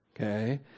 Okay